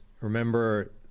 remember